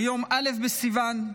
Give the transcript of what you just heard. ביום א' בסיוון,